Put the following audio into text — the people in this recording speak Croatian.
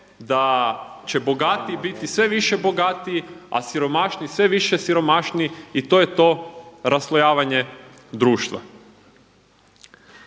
da će bogatiji biti sve više bogatiji, a siromašniji sve više siromašniji i to je to raslojavanje društva.